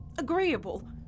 Agreeable